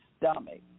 stomach